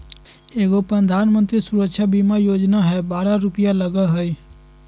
एगो प्रधानमंत्री सुरक्षा बीमा योजना है बारह रु लगहई?